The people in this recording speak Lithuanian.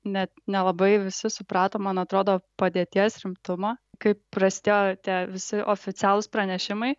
net nelabai visi suprato man atrodo padėties rimtumą kai prasidėjo tie visi oficialūs pranešimai